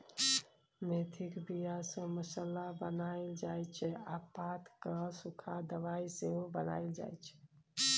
मेथीक बीया सँ मसल्ला बनाएल जाइ छै आ पात केँ सुखा दबाइ सेहो बनाएल जाइ छै